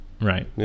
Right